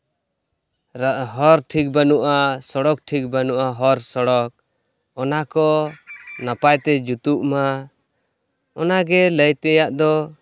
ᱨᱟ ᱦᱚᱨ ᱴᱷᱤᱠ ᱵᱟᱹᱱᱩᱜᱼᱟ ᱥᱚᱲᱚᱠ ᱴᱷᱤᱠ ᱵᱟᱹᱱᱩᱜᱼᱟ ᱦᱚᱨ ᱥᱚᱲᱚᱠ ᱚᱱᱟ ᱠᱚ ᱱᱟᱯᱟᱭ ᱛᱮ ᱡᱩᱛᱩᱜᱼᱢᱟ ᱚᱱᱟ ᱜᱮ ᱞᱟᱹᱭ ᱛᱮᱭᱟᱜ ᱫᱚ